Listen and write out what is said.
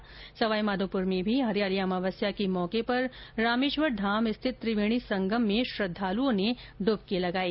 वहीं सवाई माधोपुर में भी हरियाली अमावस्या के मौके पर रामेश्वर धाम स्थित त्रिवेणी संगम में श्रद्वालओं ने डुबकी लगाई